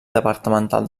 departamental